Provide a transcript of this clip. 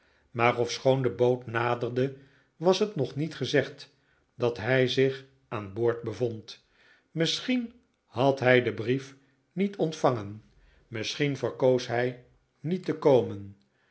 maar ofschoon de boot naderde was het nog niet gezegd dat hij zich aan boord bevond misschien had hij den brief niet ontvangen misschien verkoos hij niet te komen